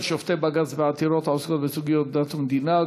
שופטי בג"ץ בעתירות העוסקות בסוגיות דת ומדינה,